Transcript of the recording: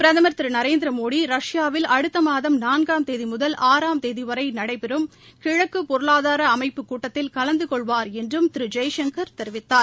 பிரதம் திரு நரேந்திரமோடி ரஷ்பாவில் அடுத்த மாதம் நான்காம் தேதி முதல் ஆறாம் தேதிவரை நடைபெறம் கிழக்கு பொருளாதார அமைப்புக் கூட்டத்தில் கலந்து கொள்வார் என்றும் திரு ஜெய்சங்கள் தெரிவித்தார்